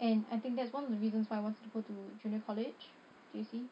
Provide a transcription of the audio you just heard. and I think that's one of the reasons why I wanted to go to junior college J_C